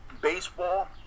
baseball